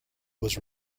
was